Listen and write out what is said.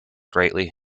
greatly